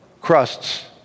crusts